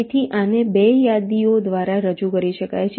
તેથી આને 2 યાદીઓ દ્વારા રજૂ કરી શકાય છે